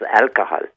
alcohol